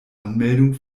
anmeldung